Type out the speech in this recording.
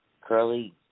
Curly